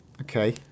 Okay